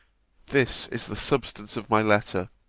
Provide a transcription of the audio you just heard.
this is the substance of my letter